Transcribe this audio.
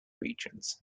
regions